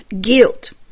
guilt